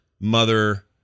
mother